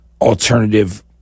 alternative